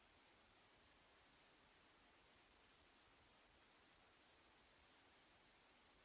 Grazie,